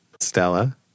Stella